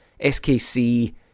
SKC